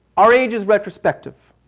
our age is retrospective.